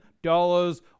dollars